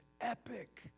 epic